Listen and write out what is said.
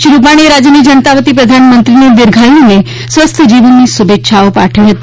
શ્રી રૂપાણીએ રાજ્યની જનતાં વતી પ્રધાનમંત્રીને દિર્ધાયું અને સ્વચ્છ જીવનની શુભેચ્છાઓ પાઠવી હતી